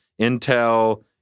Intel